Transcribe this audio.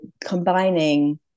combining